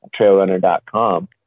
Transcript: trailrunner.com